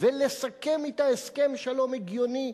ולסכם אתה הסכם שלום הגיוני.